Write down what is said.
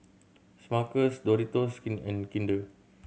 Smuckers Doritos and Kinder